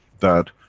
that,